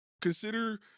Consider